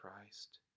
Christ